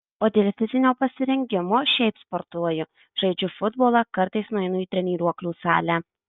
o dėl fizinio pasirengimo šiaip sportuoju žaidžiu futbolą kartais nueinu į treniruoklių salę